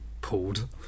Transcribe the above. pulled